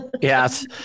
Yes